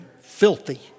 filthy